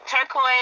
turquoise